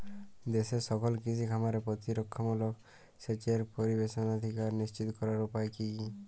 দেশের সকল কৃষি খামারে প্রতিরক্ষামূলক সেচের প্রবেশাধিকার নিশ্চিত করার উপায় কি?